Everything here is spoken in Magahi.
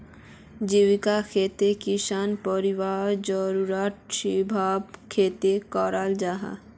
जीविका खेतित किसान परिवारर ज़रूराटर हिसाबे खेती कराल जाहा